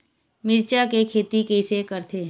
मिरचा के खेती कइसे करथे?